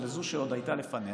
ולזו שעוד הייתה לפניה,